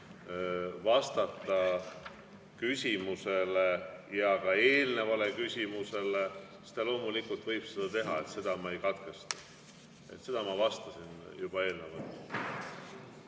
vastata küsimusele ja ka eelnevale küsimusele, siis ta loomulikult võib seda teha, seda ma ei katkesta. Seda ma vastasin juba eelnevalt.